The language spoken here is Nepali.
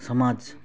समाज